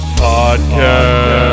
podcast